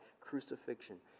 crucifixion